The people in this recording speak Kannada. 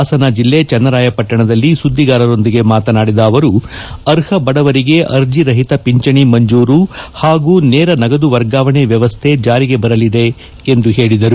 ಹಾಸನ ಜಿಲ್ಲೆ ಚನ್ನರಾಯಪಟ್ನಣದಲ್ಲಿ ಸುದ್ಲಿಗಾರರೊಂದಿಗೆ ಮಾತನಾಡಿದ ಅವರು ಅರ್ಹ ಬಡವರಿಗೆ ಅರ್ಜಿ ರಹಿತ ಪಿಂಚಣಿ ಮಂಜೂರು ಹಾಗೂ ನೇರ ನಗದು ವರ್ಗಾವಣೆ ವ್ಯವಸ್ಥೆ ಜಾರಿಗೆ ಬರಲಿದೆ ಎಂದು ಹೇಳಿದರು